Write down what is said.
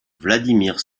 vladimir